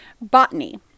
botany